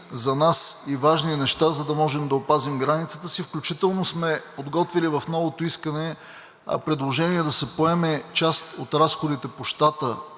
важни неща за нас, за да можем да опазим границата си. Включително сме подготвили в новото искане предложение да се поеме част от разходите по щата,